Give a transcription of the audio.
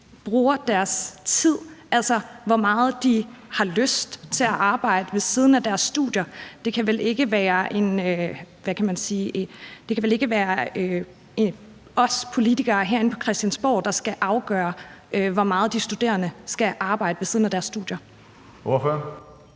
bruger deres tid, altså hvor meget de har lyst til at arbejde ved siden af deres studier? Det kan vel ikke være os politikere herinde på Christiansborg, der skal afgøre, hvor meget de studerende skal arbejde ved siden af deres studier. Kl.